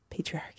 patriarchy